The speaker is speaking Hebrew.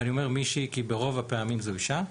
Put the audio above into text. ואני אומר מישהי כי ברוב הפעמים זו אישה,